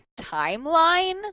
timeline